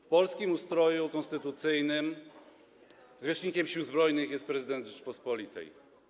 W polskim ustroju konstytucyjnym zwierzchnikiem Sił Zbrojnych jest prezydent Rzeczypospolitej.